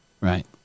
Right